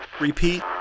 Repeat